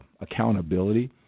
accountability